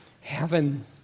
heaven